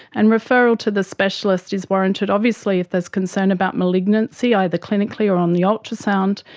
and referral to the specialist is warranted obviously if there is concern about malignancy, either clinically or on the ultrasound.